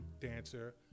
dancer